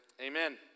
Amen